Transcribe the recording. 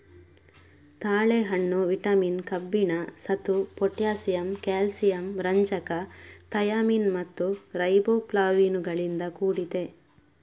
ತಾಳೆಹಣ್ಣು ವಿಟಮಿನ್, ಕಬ್ಬಿಣ, ಸತು, ಪೊಟ್ಯಾಸಿಯಮ್, ಕ್ಯಾಲ್ಸಿಯಂ, ರಂಜಕ, ಥಯಾಮಿನ್ ಮತ್ತು ರೈಬೋಫ್ಲಾವಿನುಗಳಿಂದ ಕೂಡಿದೆ